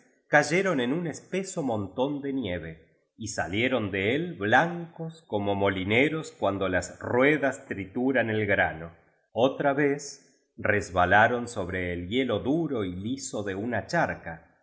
yeron en un espeso montón de nieve y salieron de el blancos como molineros cuando las ruedas trituran el grano otra vez resbalaron sobre el hielo duro y liso de una charca